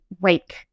wake